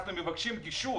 אנחנו מבקשים גישור.